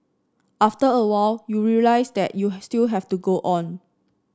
after a while you realise that you still have to go on